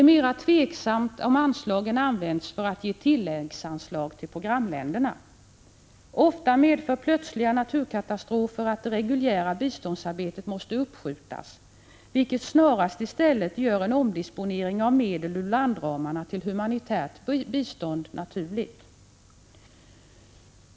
Mera tveksamt är att använda anslagen för att ge tilläggsanslag till programländerna. Ofta medför plötsliga naturkatastrofer att det reguljära biståndsarbetet måste uppskjutas, vilket i stället snarast gör en omdisponering av medel inom landramarna för humanitärt bistånd naturlig.